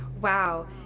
Wow